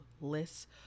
lists